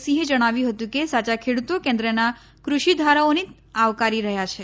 સિંહે જણાવ્યું હતું કે સાચા ખેડૂતો કેન્દ્રના કૃષિ ધારાઓને આવકારી રહ્યા છે